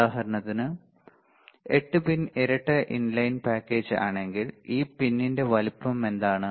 ഉദാഹരണത്തിന് 8 പിൻ ഇരട്ട inline package ആണെങ്കിൽ ഈ പിൻറെ വലുപ്പം എന്താണ്